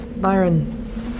Byron